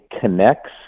connects